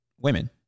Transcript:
women